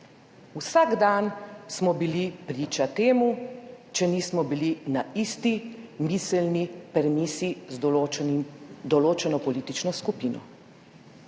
Vsak dan smo bili priča temu, če nismo bili na isti miselni premisi z določeno politično skupino.